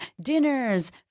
dinners